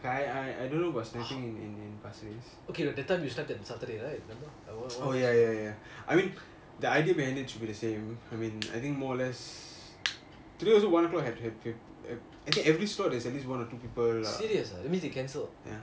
I I I don't know about starting in pasir ris oh ya ya ya ya I mean the should be the same I think more or less today also one o'clock I think every slot got at least one or two people lah